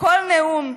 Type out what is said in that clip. כל נאום,